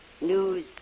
news